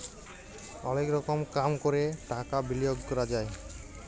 অলেক রকম কাম ক্যরে টাকা বিলিয়গ ক্যরা যায়